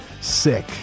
Sick